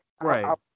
Right